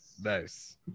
Nice